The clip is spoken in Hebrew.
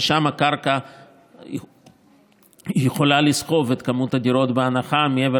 ששם הקרקע יכולה לסחוב את כמות הדירות בהנחה מעבר